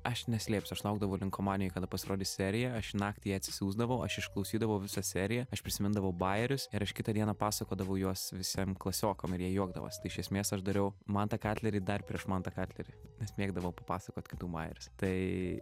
aš neslėpsiu aš laukdavau linkomanijoj kada pasirodys serija aš naktį ją atsisiųsdavau aš išklausydavau visą seriją aš prisimindavau bajerius ir aš kitą dieną pasakodavau juos visiem klasiokam ir jie juokdavosi tai iš esmės aš dariau mantą katlerį dar prieš mantą katlerį nes mėgdavau papasakot kitų bajerius tai